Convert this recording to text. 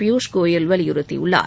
பியூஷ்கோயல் வலியுறுத்தியுள்ளார்